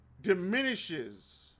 diminishes